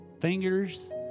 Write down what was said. fingers